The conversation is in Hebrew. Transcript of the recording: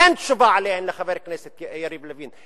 אין תשובה עליהן לחבר הכנסת יריב לוין.